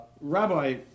Rabbi